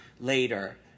later